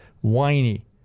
whiny